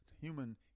human